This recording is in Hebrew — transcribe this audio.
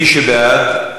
מי שבעד,